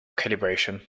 calibration